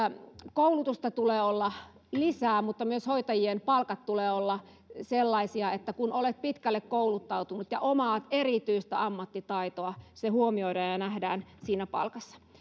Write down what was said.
koulutusta tulee olla lisää mutta myös hoitajien palkkojen tulee olla sellaisia että kun olet pitkälle kouluttautunut ja omaat erityistä ammattitaitoa se huomioidaan ja nähdään siinä palkassa